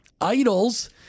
Idols